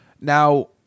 Now